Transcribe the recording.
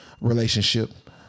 relationship